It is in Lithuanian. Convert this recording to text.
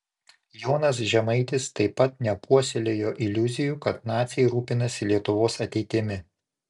jonas žemaitis taip pat nepuoselėjo iliuzijų kad naciai rūpinasi lietuvos ateitimi